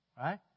right